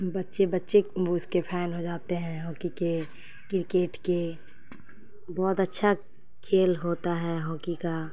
بچے بچے اس کے فین ہو جاتے ہیں ہاکی کے کرکٹ کے بہت اچھا کھیل ہوتا ہے ہاکی کا